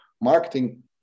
marketing